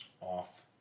off